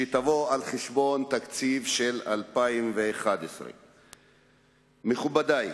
שתבוא על חשבון תקציב 2011. מכובדי,